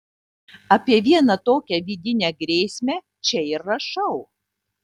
apie vieną tokią vidinę grėsmę čia ir rašau